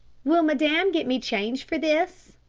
will madame get me change for this?